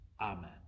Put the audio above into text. Amen